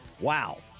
Wow